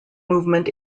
movement